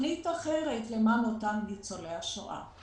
לתוכנית אחרת למען אותם ניצולי שואה.